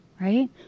right